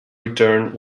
return